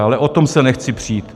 Ale o tom se nechci přít.